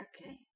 Okay